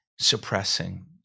suppressing